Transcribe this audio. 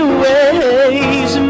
ways